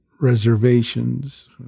reservations